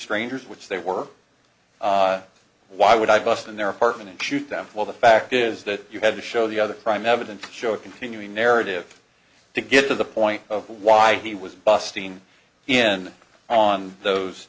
strangers which they were why would i bust in their apartment and shoot them well the fact is that you have to show the other crime evidence show a continuing narrative to get to the point of why he was busting in on those